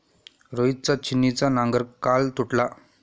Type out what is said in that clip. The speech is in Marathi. रोहितचा छिन्नीचा नांगर काल तुटला